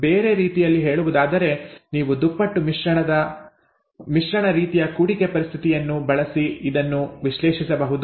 ಬೇರೆ ರೀತಿಯಲ್ಲಿ ಹೇಳುವುದಾದರೆ ನೀವು ದುಪ್ಪಟ್ಟು ಮಿಶ್ರಣ ರೀತಿಯ ಕೂಡಿಕೆ ಪರಿಸ್ಥಿತಿಯನ್ನು ಬಳಸಿ ಇದನ್ನು ವಿಶ್ಲೇಷಿಸಬಹುದು